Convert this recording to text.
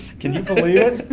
can you believe